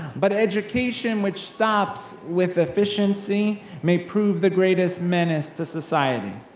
but education which stops with efficiency may prove the greatest menace to society.